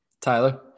Tyler